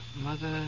Mother